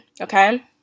okay